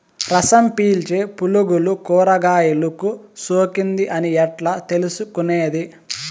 రసం పీల్చే పులుగులు కూరగాయలు కు సోకింది అని ఎట్లా తెలుసుకునేది?